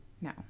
No